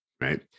right